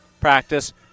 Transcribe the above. practice